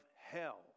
hell